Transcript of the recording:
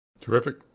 Terrific